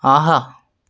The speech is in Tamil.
ஆஹா